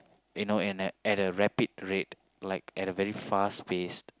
you know in a at a rapid rate like at a very fast pace